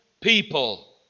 people